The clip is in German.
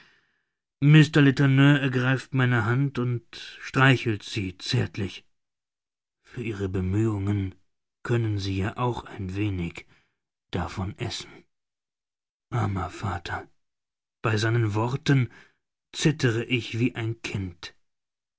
mr letourneur ergreift meine hand und streichelt sie zärtlich für ihre bemühung können sie ja auch ein wenig davon essen armer vater bei seinen worten zittere ich wie ein kind